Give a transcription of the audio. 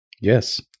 Yes